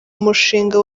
mushinga